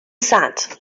sat